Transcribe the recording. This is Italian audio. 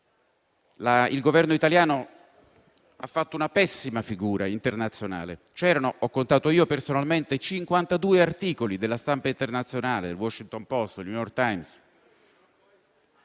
Il Governo italiano ha fatto una pessima figura internazionale: ho contato personalmente 52 articoli della stampa internazionale, dal "Washington Post" al "New York Times",